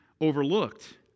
overlooked